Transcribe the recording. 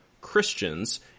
christians